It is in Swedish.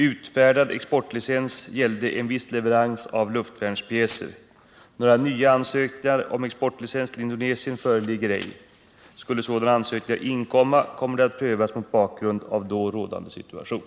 Utfärdad exportlicens gällde en viss leverans av luftvärnspjäser. Några nya ansökningar ont exportlicens till Indonesien föreligger ej. Skulle sådana ansökningar inkomma kommer de att prövas mot bakgrund av då rådande situation.